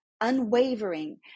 unwavering